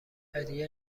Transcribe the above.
هدیه